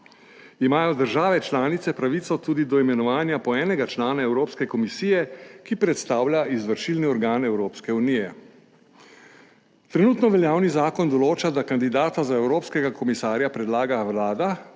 imajo države članice pravico tudi do imenovanja po enega člana Evropske komisije, ki predstavlja izvršilni organ Evropske unije. Trenutno veljavni zakon določa, da kandidata za evropskega komisarja predlaga Vlada